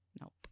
nope